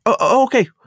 okay